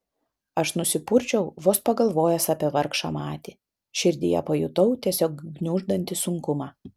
aš nusipurčiau vos pagalvojęs apie vargšą matį širdyje pajutau tiesiog gniuždantį sunkumą